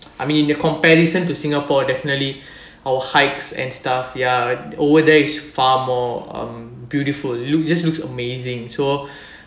I mean the comparison to singapore definitely our hikes and stuff ya over there is far more um beautiful look just looks amazing so